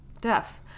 Deaf